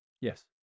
Yes